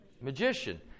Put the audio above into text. magician